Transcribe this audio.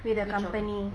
with the company